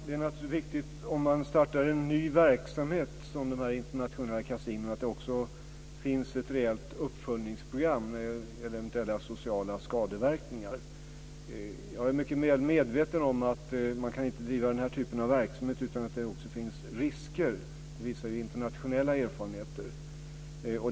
Herr talman! Om man startar en ny verksamhet, som de internationella kasinona, är det viktigt att det finns ett rejält uppföljningsprogram för eventuella sociala skadeverkningar. Jag är mycket väl medveten om att man inte kan driva den här typen av verksamhet utan att det finns risker. Det visar internationella erfarenheter.